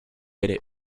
ere